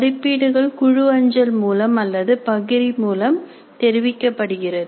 மதிப்பீடுகள் குழு அஞ்சல் மூலம் அல்லது பகிரி மூலம் தெரிவிக்கப்படுகிறது